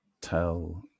tell